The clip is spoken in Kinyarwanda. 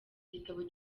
igitabo